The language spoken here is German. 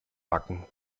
backen